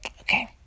Okay